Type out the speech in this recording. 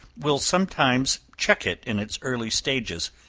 will sometimes check it in its early stages,